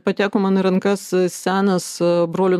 pateko man į rankas senas brolių